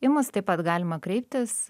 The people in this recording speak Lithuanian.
į mus taip pat galima kreiptis